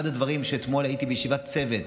אתמול הייתי בישיבת צוות